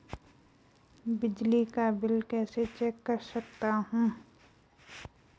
बिजली का बिल कैसे चेक कर सकता हूँ?